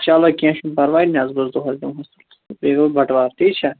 چَلو کیٚنٛہہ چھُنہٕ پَرواے نَیٚسبَس دۅہَس دِمہوٗس بیٚیہِ گوٚو بَٹہٕ وار ٹھیٖک چھا